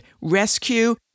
rescue